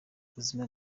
ubuzima